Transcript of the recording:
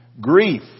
Grief